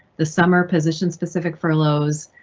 the summer position specific furloughs,